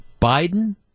Biden